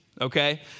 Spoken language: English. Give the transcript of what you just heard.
Okay